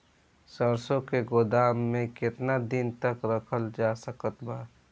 सरसों के गोदाम में केतना दिन तक रखल जा सकत बा?